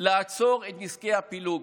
לעצור את נזקי הפילוג